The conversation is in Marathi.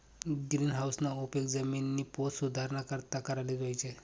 गिरीनहाऊसना उपेग जिमिननी पोत सुधाराना करता कराले जोयजे